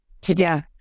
today